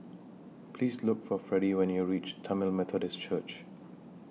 Please Look For Freddy when YOU REACH Tamil Methodist Church